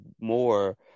more